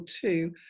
two